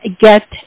get